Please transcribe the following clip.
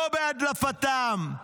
לא בהדלפתם.